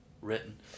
written